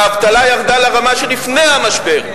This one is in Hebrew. האבטלה ירדה לרמה של לפני המשבר,